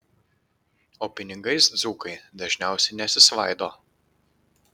o pinigais dzūkai dažniausiai nesisvaido